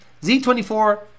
Z24